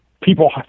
people